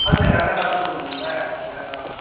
ஆள்கிட்ட கரெக்டாக பார்த்து கொடுக்கணுல்ல அதுக்காக தான்